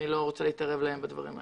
אני לא רוצה להתערב לו בדברים האלה.